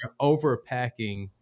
overpacking